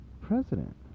president